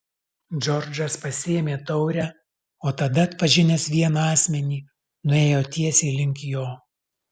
džordžas pasiėmė taurę o tada atpažinęs vieną asmenį nuėjo tiesiai link jo